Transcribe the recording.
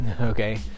okay